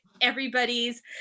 everybody's